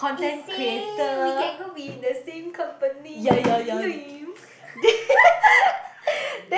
eh same we can go be in the same company